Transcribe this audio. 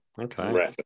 okay